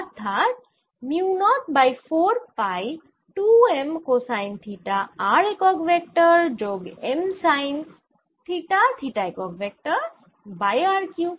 অর্থাৎ mu naught by 4 pi 2 m cosine theta r একক vector যোগ m সাইন থিটা থিটা একক vector by r cube